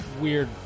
weird